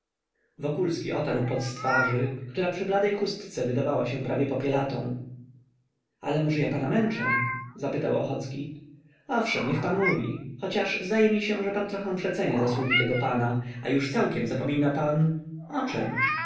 wokulski otarł pot z twarzy która przy białej chustce wydawała się prawie popielatą ale może ja pana męczę zapytał ochocki owszem niech pan mówi chociaż zdaje mi się że pan trochę przecenia zasługi tego pana a już całkiem zapomina pan o czem